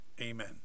Amen